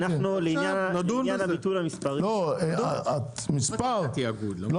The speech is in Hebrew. המספר 30 אני מבטל אותו.